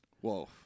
Whoa